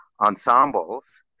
ensembles